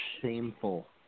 shameful